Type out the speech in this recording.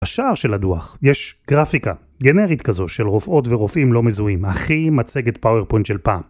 בשער של הדו"ח, יש גרפיקה, גנרית כזו, של רופאות ורופאים לא מזוהים, הכי מצגת PowerPoint של פעם